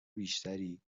بیشتری